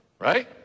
right